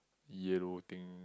yellow thing